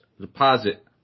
deposit